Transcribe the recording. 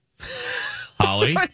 Holly